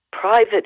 private